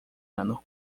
ano